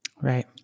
Right